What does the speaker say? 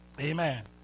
Amen